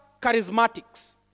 charismatics